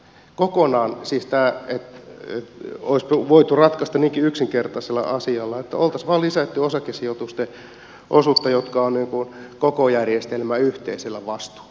kokonaan tämä olisi voitu ratkaista niinkin yksinkertaisella asialla että olisi vaan lisätty osakesijoitusten osuutta jotka ovat koko järjestelmän yhteisellä vastuulla